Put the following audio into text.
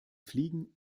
fliegen